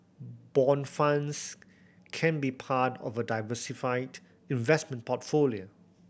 bond funds can be part of a diversified investment portfolio